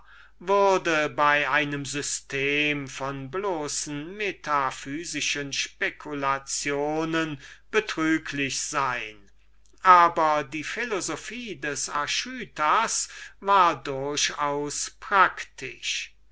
geht bei einem system von metaphysischen spekulationen nicht an aber die philosophie des archytas war ganz praktisch